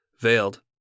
veiled